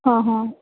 અહહ